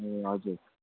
ए हजुर